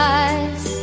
eyes